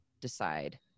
decide